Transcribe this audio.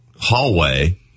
hallway